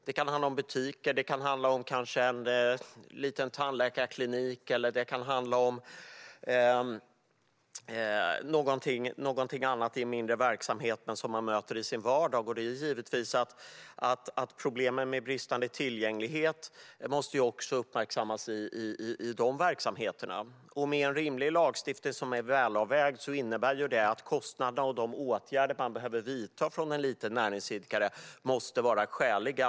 Det kan handla om butiker, en liten tandläkarklinik eller andra mindre verksamheter som man möter i sin vardag. Det är givetvis så att problemen med bristande tillgänglighet måste uppmärksammas även i de verksamheterna. En rimlig och välavvägd lagstiftning innebär att kostnaderna och de åtgärder som behöver vidtas för en liten näringsidkare ska vara skäliga.